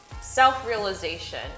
self-realization